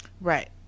Right